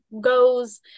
goes